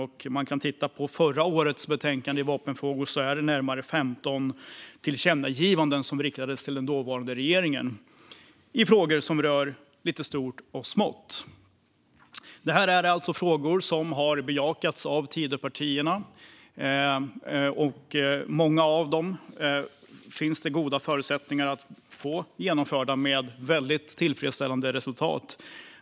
I förra årets betänkande om vapenfrågor riktades närmare 15 tillkännagivanden till den dåvarande regeringen i frågor rörande stort och smått. Det här är alltså frågor som bejakas av Tidöpartierna, det vill säga regeringspartierna och SD, och många av dem finns det goda förutsättningar att få genomförda med väldigt tillfredsställande resultat.